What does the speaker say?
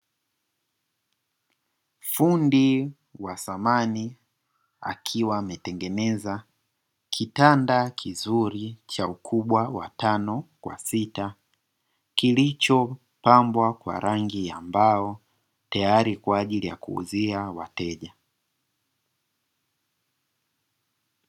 Fundi wa samani akiwa ametengeneza kitanda kizuri cha ukubwa wa tano kwa sita, kilichopambwa kwa rangi ya mbao tayari kwa ajili ya kuuzia wateja.